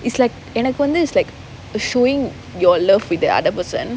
it's like எனக்கு வந்து:enakku vanthu it's like showing your love with the other person